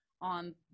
on